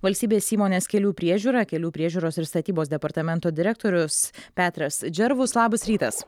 valstybės įmonės kelių priežiūra kelių priežiūros ir statybos departamento direktorius petras džervus labas rytas